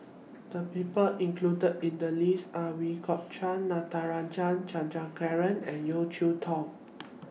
The People included in The list Are Ooi Kok Chuen Natarajan Chandrasekaran and Yeo Cheow Tong